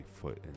foot